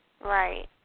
Right